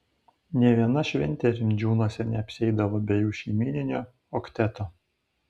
nė viena šventė rimdžiūnuose neapsieidavo be jų šeimyninio okteto